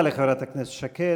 תודה לחברת הכנסת שקד.